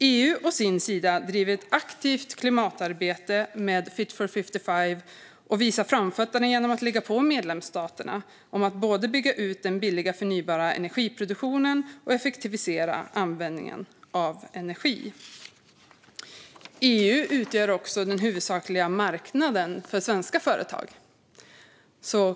EU å sin sida driver ett aktivt klimatarbete med Fit for 55 och visar framfötterna genom att ligga på medlemsstaterna om att både bygga ut den billiga förnybara energiproduktionen och effektivisera användningen av energi. EU utgör också den huvudsakliga marknaden för svenska företag.